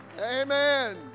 Amen